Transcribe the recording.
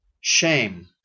shame